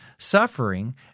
Suffering